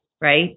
right